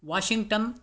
Washington